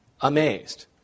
amazed